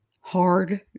hard